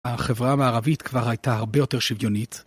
החברה המערבית כבר הייתה הרבה יותר שוויונית.